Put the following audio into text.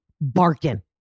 barking